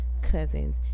cousins